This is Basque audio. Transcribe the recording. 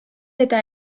eta